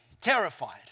terrified